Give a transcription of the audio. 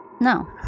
No